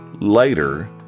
later